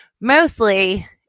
Mostly